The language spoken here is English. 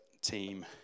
team